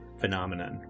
phenomenon